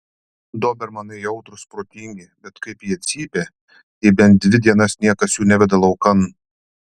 dobermanai jautrūs protingi bet kaip jie cypia jei bent dvi dienas niekas jų neveda laukan